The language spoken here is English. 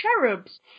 cherubs